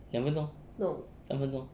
两分钟三分钟